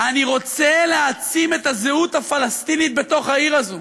"אני רוצה להעצים את הזהות הפלסטינית בתוך העיר הזאת".